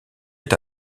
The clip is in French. est